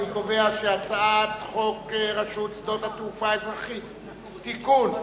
אני קובע שחוק רשות התעופה האזרחית (תיקון),